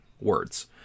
words